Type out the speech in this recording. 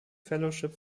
fellowship